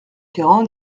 quarante